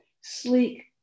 sleek